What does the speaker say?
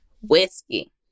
whiskey